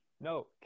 no